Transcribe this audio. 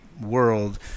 world